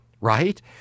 right